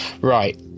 Right